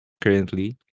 currently